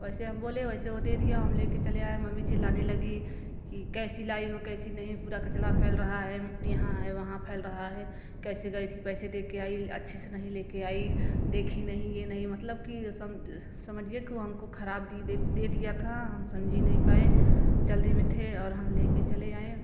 वैसे हम बोले वैसे वह दे दिया हम ले कर चले आएँ मम्मी चिल्लाने लगी कि कैसे लाई हो कैसी नहीं पूरा कचड़ा फैल रहा है यहाँ है वहाँ फैल रहा है कैसी गई थी पैसे दे कर आई अच्छे से नहीं ले कर आई देखी नहीं यह नहीं मतलब की वे सम समझिए कि उ हमको खराब दि दे दे दिया था हम समजी नहीं पाएँ जल्दी में थे और हम ले कर चले आएँ